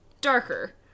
darker